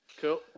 Cool